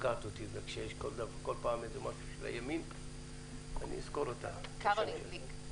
אליי מ-23:48 עד 24:05. עד 24:05 אחר חצות.